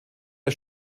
der